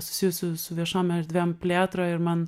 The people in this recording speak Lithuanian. susijusių su viešom erdvėm plėtra ir man